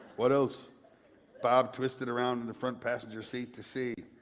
what else bob twisted around in the front passenger seat to see.